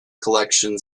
collection